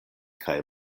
kaj